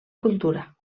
cultura